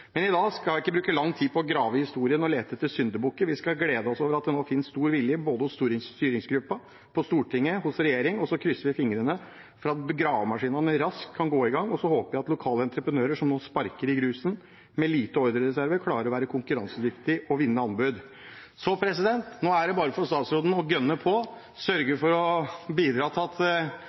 Men i dag skal jeg ikke bruke lang tid på å grave i historien og lete etter syndebukker. Vi skal glede oss over at det nå finnes stor vilje både hos styringsgruppen, på Stortinget og hos regjeringen. Så krysser vi fingrene for at gravemaskinene raskt kan gå i gang, og jeg håper at lokale entreprenører som nå sparker i grusen, med lite ordrereserve, klarer å være konkurransedyktige og vinne anbud. Så nå er det bare for statsråden å «gønne på», sørge for å bidra til at